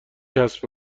کسب